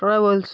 travels